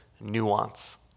nuance